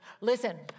Listen